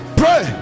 pray